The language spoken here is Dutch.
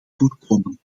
voorkomen